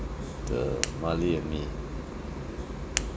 the marley and me